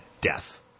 death